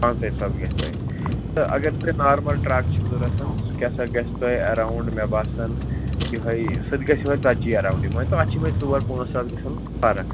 پٲنٛژتٲج ساس گژھِ تۄہہِ تہٕ اگر تۄہہِ نارمَل ٹرٛک چھِ ضروٗرت سُہ کیٛاہ سا گژھِ تۄہہِ ایراوُنٛڈ مےٚ باسان یِہَے سُہ تہِ گژھِ یِہَے ژَتجی ایراوُنٛڈٕے مٲنۍ تو اَتھ چھِ یِہ مےٚ ژور پٲنٛژھ ساس گژھان فرق